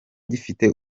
gifite